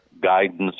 guidance